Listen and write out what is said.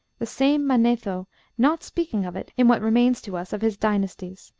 the same manetho not speaking of it in what remains to us of his dynasties,